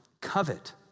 covet